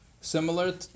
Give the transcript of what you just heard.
similar